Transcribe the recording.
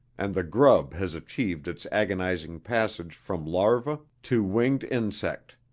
and the grub has achieved its agonizing passage from larva to winged insect.